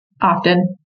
Often